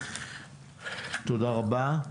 תודה רבה.